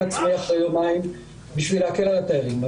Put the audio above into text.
עצמי אחרי יומיים כדי להקל על התיירים.